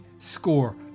score